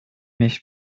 mich